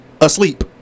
asleep